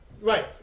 Right